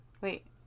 wait